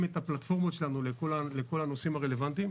את הפלטפורמות שלנו לכל הנושאים הרלוונטיים.